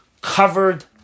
covered